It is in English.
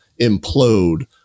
implode